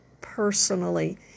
personally